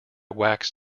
wax